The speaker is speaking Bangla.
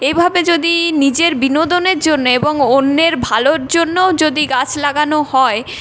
এইভাবে যদি নিজের বিনোদনের জন্যে এবং অন্যের ভালোর জন্যও যদি গাছ লাগানো হয়